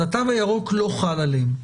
אז התו הירוק לא חל עליהם,